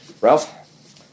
Ralph